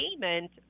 payment